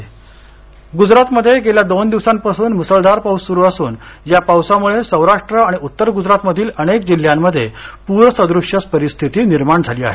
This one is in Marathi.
ग्जरात पाऊस गुजरातमध्ये गेल्या दोन दिवसांपासून मुसळधार पाऊस सुरू असून या पावसामुळे सौराष्ट्र आणि उत्तर गुजरातमधील अनेक जिल्ह्यांमध्ये पूरसदृश परिस्थिती निर्माण झाली आहे